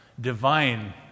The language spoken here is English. divine